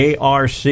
Arc